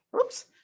oops